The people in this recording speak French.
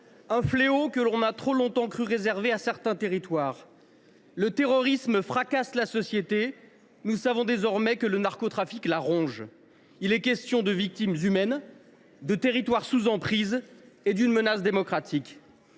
Un fléau dont on a trop longtemps cru qu’il était réservé à certains territoires. Le terrorisme fracasse la société, nous savons désormais que le narcotrafic la ronge. Il est question de victimes humaines, de territoires sous emprise et d’une menace pour la démocratie.